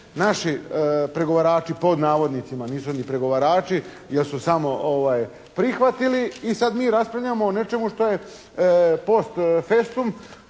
naši pregovarači, pod navodnicima, nisu ni pregovarači jer su sami prihvatili i sad mi raspravljamo o nečemu što je post festum